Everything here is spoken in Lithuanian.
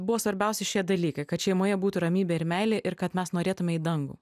buvo svarbiausi šie dalykai kad šeimoje būtų ramybė ir meilė ir kad mes norėtume į dangų